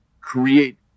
create